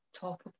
top